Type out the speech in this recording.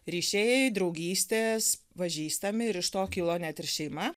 ryšiai draugystės pažįstami ir iš to kilo net ir šeima